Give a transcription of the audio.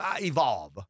evolve